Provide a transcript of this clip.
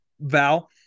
val